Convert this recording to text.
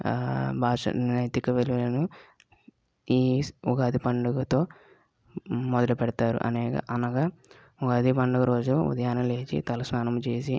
భాష నైతిక విలువలను ఈ ఉగాది పండగతో మొదలు పెడతారు అనేగ అనగా ఉగాది పండుగ రోజు ఉదయాన్నే లేచి తల స్నానం చేసి